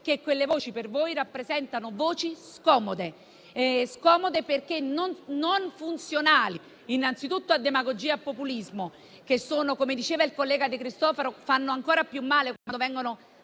che quelle voci per voi sono scomode, perché non funzionali anzitutto a demagogia e populismo che, come diceva il collega De Cristofaro, fanno ancora più male quando vengono